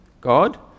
God